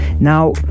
now